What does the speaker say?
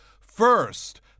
First